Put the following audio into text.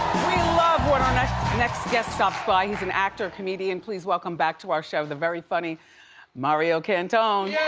we love when our next next guest stops by. he's an actor comedian. please welcome back to our show, the very funny mario cantone. yeah